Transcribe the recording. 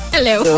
Hello